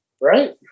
right